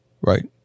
Right